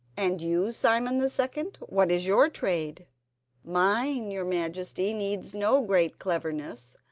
and you, simon the second, what is your trade mine, your majesty, needs no great cleverness.